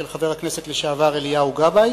של חבר הכנסת לשעבר אליהו גבאי,